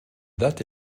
date